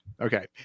okay